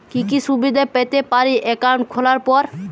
কি কি সুবিধে পেতে পারি একাউন্ট খোলার পর?